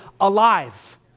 alive